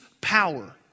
power